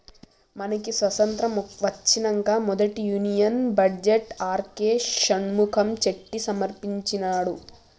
మనకి స్వతంత్రం ఒచ్చినంక మొదటి union budget R K Shanmukham Chetty సమర్పించినాడు